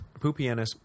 Pupienus